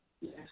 yes